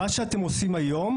מה שאתם עושים היום,